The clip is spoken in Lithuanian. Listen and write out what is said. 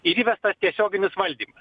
ir įvestas tiesioginis valdymas